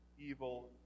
evil